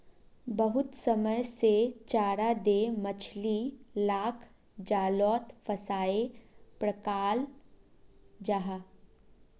बहुत समय से चारा दें मछली लाक जालोत फसायें पक्राल जाहा